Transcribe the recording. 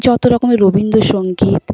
যত রকমের রবীন্দ্রসঙ্গীত